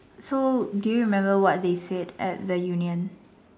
so do you remember what they said at the union